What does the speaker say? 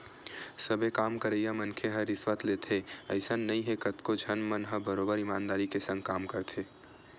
सबे काम करइया मनखे ह रिस्वत लेथे अइसन नइ हे कतको झन मन ह बरोबर ईमानदारी के संग काम करथे